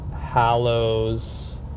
Hallows